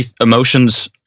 emotions